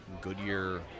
Goodyear –